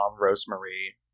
Rosemary